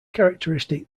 characteristic